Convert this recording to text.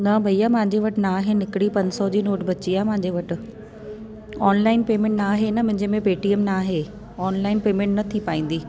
न भईया मुंहिंजे वटि न आहिनि हिकिड़ी पंज सौ जी नोट वची आहे मुंहिंजे वटि ऑनलाइन पेमेंट न आहे न मुंहिंजे में पेटीएम न आहे ऑनलाइन पेमेंट न थी पवंदी